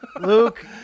Luke